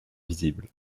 visible